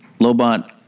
Lobot